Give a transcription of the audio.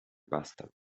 pasta